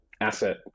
asset